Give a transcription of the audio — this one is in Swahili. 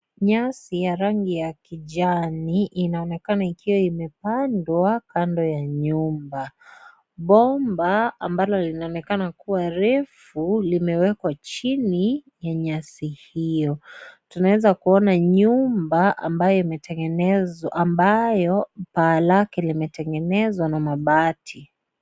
Nyasi ya rangi ya kijani inaonekana ikiwa imepandwa kando ya nyumba ,bomba ambalo linaonekana kuwa refu limewekwa chini ya nyasi hiyo, tunaweza nyumba ambayo imetengenezwa amabyo paa lake limetengenezwa na mabati.